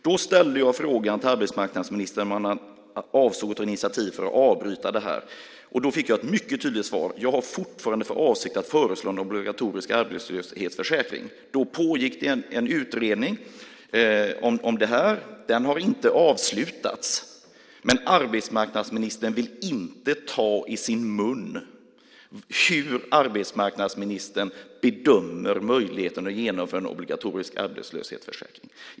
Då ställde jag frågan om arbetsmarknadsministern avsåg att avbryta det hela och fick ett mycket tydligt svar, nämligen: Jag har fortfarande för avsikt att föreslå en obligatorisk arbetslöshetsförsäkring. Det pågick en utredning om detta. Den har inte avslutats, och arbetsmarknadsministern vill inte ta i sin mun hur han bedömer möjligheterna till att genomföra en obligatorisk arbetslöshetsförsäkring.